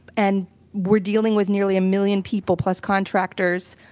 and we're dealing with nearly a million people, plus contractors,